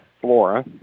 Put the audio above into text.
Flora